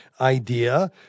idea